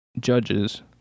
judges